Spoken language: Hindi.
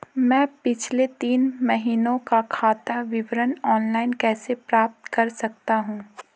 मैं पिछले तीन महीनों का खाता विवरण ऑनलाइन कैसे प्राप्त कर सकता हूं?